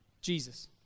Jesus